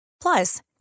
Plus